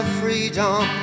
freedom